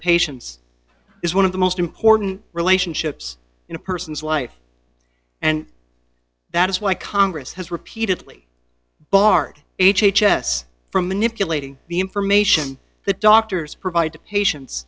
patients is one of the most important relationships in a person's life and that is why congress has repeatedly barred h h s from manipulating the information that doctors provide to patien